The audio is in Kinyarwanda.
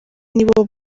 nibo